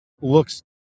looks